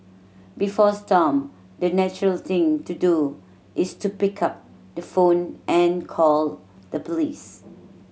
before Stomp the natural thing to do is to pick up the phone and call the police